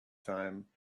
time